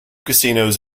casinos